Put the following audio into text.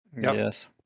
Yes